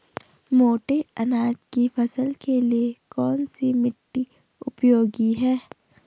मोटे अनाज की फसल के लिए कौन सी मिट्टी उपयोगी है?